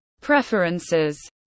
Preferences